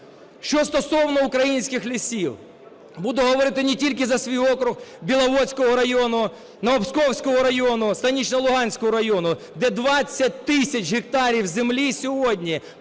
Що стосовно українських лісів. Буду говорити не тільки за свій округ Біловодського району, Новопсковського району, Станично-Луганського району, де 20 тисяч гектарів землі сьогодні